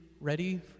ready